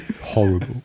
Horrible